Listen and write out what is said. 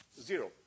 zero